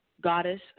goddess